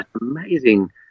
amazing